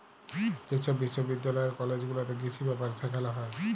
যে ছব বিশ্ববিদ্যালয় আর কলেজ গুলাতে কিসি ব্যাপারে সেখালে হ্যয়